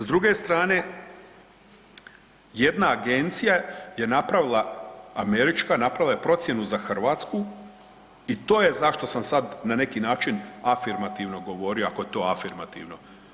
S druge strane, jedna agencija je napravila američka je napravila procjenu za Hrvatsku i to je zašto sam sad na neki način afirmativno govorio ako je to afirmativno.